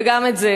וגם את זה,